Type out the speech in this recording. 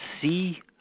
see –